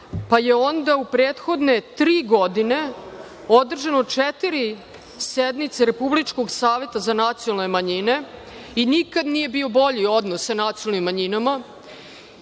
pa su onda u prethodne tri godine održane četiri sednice Republičkog saveta za nacionalne manjine i nikad nije bio bolji odnos sa nacionalnim manjinama.